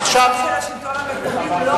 עדיין המצב של השלטון המקומי הוא לא טוב.